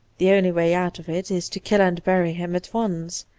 the only way out of it is to kill and bury him at once.